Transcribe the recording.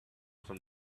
from